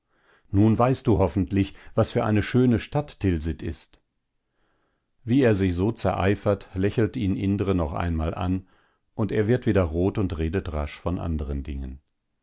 nun weißt du hoffentlich was für eine schöne stadt tilsit ist wie er sich so zereifert lächelt ihn indre noch einmal an und er wird wieder rot und redet rasch von anderen dingen